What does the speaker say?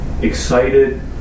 excited